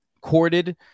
courted